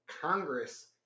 Congress